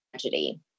tragedy